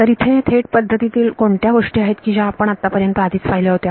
तर इथे थेट पद्धती तील कोणत्या गोष्टी आहेत की ज्या आपण आत्तापर्यंत आधीच पाहिल्या होत्या